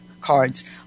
cards